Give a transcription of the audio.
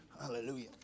Hallelujah